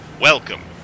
Welcome